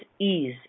ease